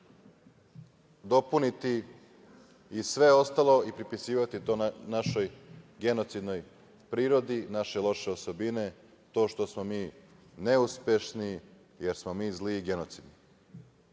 dopuniti i sve ostalo i pripisivati to našoj genocidnoj prirodi, naše loše osobine, to što smo mi neuspešni, jer smo mi zli i genocidni. To